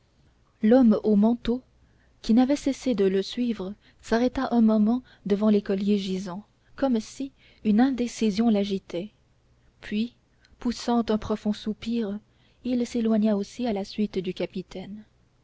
l'homme au manteau qui n'avait cessé de le suivre s'arrêta un moment devant l'écolier gisant comme si une indécision l'agitait puis poussant un profond soupir il s'éloigna aussi à la suite du capitaine